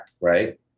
Right